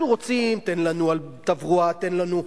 יגידו: תביאו לנו תוספת תקציב לשוטרים,